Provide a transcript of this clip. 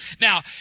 Now